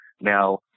now